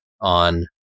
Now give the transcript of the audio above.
on